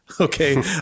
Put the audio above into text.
okay